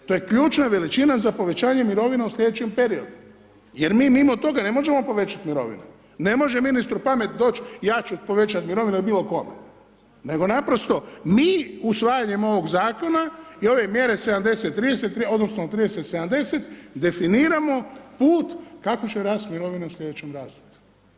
To je ključna veličina za povećanje mirovina u sljedećem periodu, jer mi mimo toga ne možemo povećati mirovine, ne može meni ... doć', ja ću povećat mirovine li bilo kome, nego naprosto mi usvajanjem ovog Zakona i ove mjere 70-30 odnosno 30-70, definiramo put kako će rast mirovine u sljedećem razdoblju.